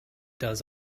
does